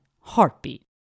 heartbeat